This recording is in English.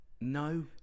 no